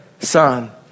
son